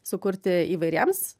sukurti įvairiems